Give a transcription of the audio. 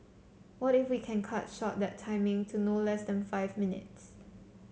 what if we can cut short that timing to less than five minutes